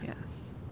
Yes